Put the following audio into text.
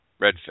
redfish